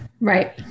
Right